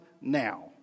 now